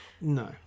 No